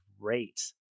great